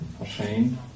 ashamed